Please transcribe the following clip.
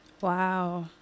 Wow